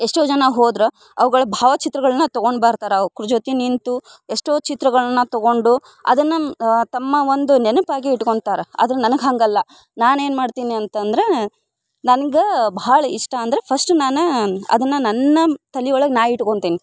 ಎಷ್ಟೋ ಜನ ಹೋದ್ರು ಅವ್ಗಳ ಭಾವಚಿತ್ರಗಳನ್ನ ತಗೊಂಡು ಬರ್ತಾರೆ ಅವ್ರ್ಕು ಜೊತೆ ನಿಂತು ಎಷ್ಟೋ ಚಿತ್ರಗಳನ್ನ ತಗೊಂಡು ಅದನ್ನು ತಮ್ಮ ಒಂದು ನೆನ್ಪು ಆಗಿ ಇಟ್ಕೊಳ್ತಾರೆ ಆದ್ರೆ ನನಗೆ ಹಾಗಲ್ಲ ನಾನು ಏನು ಮಾಡ್ತೀನಿ ಅಂತಂದ್ರೆ ನನ್ಗೆ ಬಹಳ ಇಷ್ಟ ಅಂದ್ರೆ ಫಸ್ಟ್ ನಾನು ಅದನ್ನು ನನ್ನ ತಲೆ ಒಳಗೆ ನಾನು ಇಟ್ಕೊಳ್ತೀನಿ